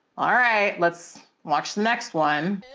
all right, let's watch the next one.